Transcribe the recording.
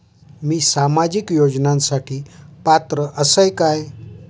मी सामाजिक योजनांसाठी पात्र असय काय?